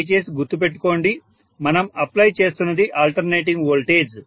దయచేసి గుర్తుపెట్టుకోండి మనం అప్లై చేస్తున్నది ఆల్టర్నేటింగ్ వోల్టేజ్